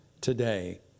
today